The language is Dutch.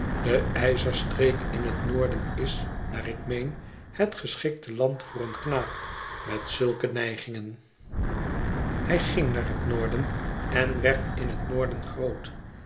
de ijzerstreek in het noorden is naar ik meen het geschikte land voor een knaap met zulke neigingen hij ging naar het noorden en werd in het noorden groot